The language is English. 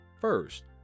First